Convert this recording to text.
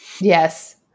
Yes